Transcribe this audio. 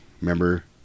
Remember